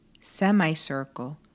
semicircle